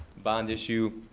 bond issue.